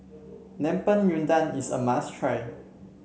Lemper Udang is a must try